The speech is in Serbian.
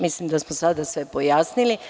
Mislim da smo sada sve pojasnili.